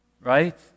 Right